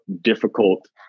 difficult